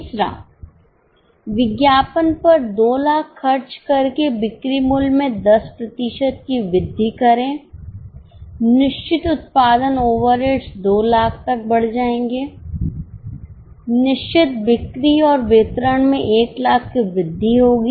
तीसरा विज्ञापन पर 200000 खर्च करके बिक्री मूल्य में 10 प्रतिशत की वृद्धि करें निश्चित उत्पादन ओवरहेड्स 200000 तक बढ़ जाएंगे निश्चित बिक्री और वितरण में 100000 की वृद्धि होगी